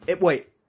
wait –